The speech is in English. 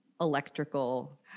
electrical